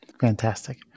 Fantastic